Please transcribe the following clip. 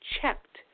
checked